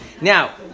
now